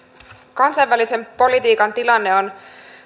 kansainvälisen politiikan tilanne on